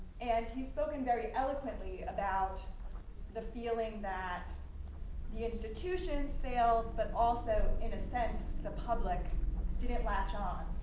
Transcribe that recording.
and he's spoken very eloquently about the feeling that the institutions failed but also, in a sense, the public didn't latch on.